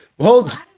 Hold